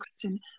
question